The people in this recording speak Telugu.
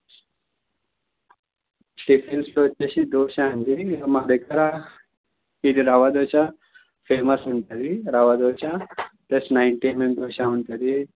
టిఫిన్స్లో వచ్చేసి దోశ అండి ఇంక మా దగ్గర ఇది రవ్వ దోశ ఫేమస్ ఉంటుంది rava dosa plus ninety MM dosa ఉంటది